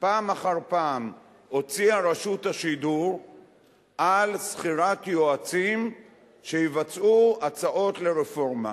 פעם אחר פעם הוציאה רשות השידור על שכירת יועצים שיבצעו הצעות לרפורמה.